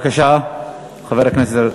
בבקשה, חבר הכנסת שטרן.